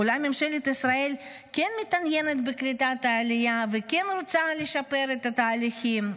אולי ממשלת ישראל כן מתעניינת בקליטת עלייה וכן רוצה לשפר את התהליכים?